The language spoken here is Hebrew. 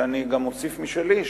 אני גם אוסיף משלי,